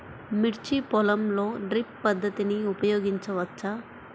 మిర్చి పొలంలో డ్రిప్ పద్ధతిని ఉపయోగించవచ్చా?